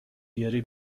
بیاری